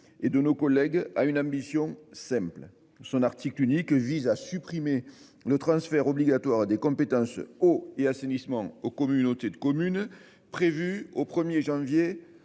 de Jean-Yves Roux a une ambition simple. Son article unique vise à supprimer le transfert obligatoire de la compétence eau et assainissement aux communautés de communes prévu au 1 janvier